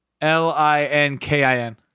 L-I-N-K-I-N